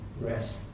rest